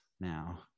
now